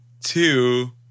Two